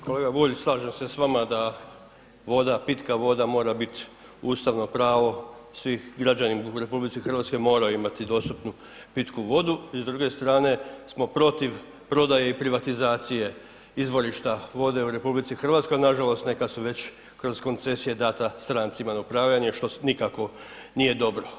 Kolega Bulj slažem se s vama da voda, pitka voda mora bit ustavno pravo svih, građani RH moraju imati dostatnu pitku vodu i s druge strane smo protiv prodaje i privatizacije izvorišta u RH, a nažalost neka su već kroz koncesije dana strancima na upravljanje, što nikako nije dobro.